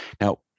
Now